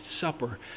Supper